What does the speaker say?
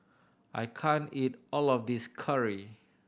I can't eat all of this curry